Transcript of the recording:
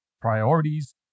priorities